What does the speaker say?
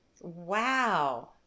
Wow